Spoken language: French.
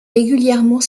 régulièrement